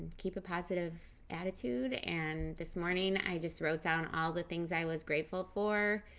keep a positive attitude and this morning i just wrote down all the things i was grateful for